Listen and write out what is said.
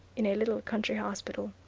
in a little country hospital.